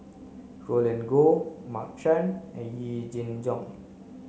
Roland Goh Mark Chan and Yee Jenn Jong